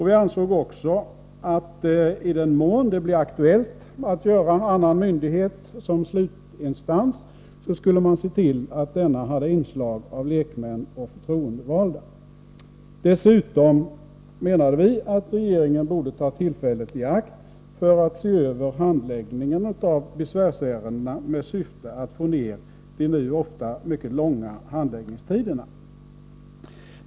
Vi ansåg också att man, i den mån det blir aktuellt att göra annan myndighet till slutinstans, skulle se till att denna hade inslag av lekmän och förtroendevalda. Dessutom menade vi att regeringen borde ta tillfället i akt att se över handläggningen av besvärsärendena i syfte att få ned de nu ofta mycket långa handläggningstiderna.